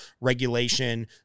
regulation